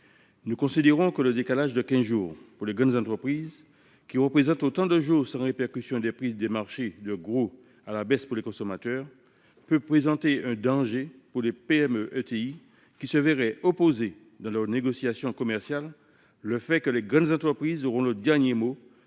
Nous considérons que le décalage de quinze jours pour les grandes entreprises, dans la mesure où il équivaut à autant de jours sans répercussion des prix des marchés de gros à la baisse pour les consommateurs, peut présenter un danger pour les PME et les ETI, qui se verraient opposer dans leurs négociations commerciales le fait que les grandes entreprises auront le dernier mot